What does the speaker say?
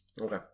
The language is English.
Okay